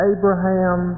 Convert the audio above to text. Abraham